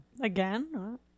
Again